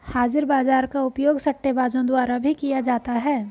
हाजिर बाजार का उपयोग सट्टेबाजों द्वारा भी किया जाता है